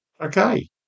Okay